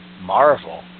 Marvel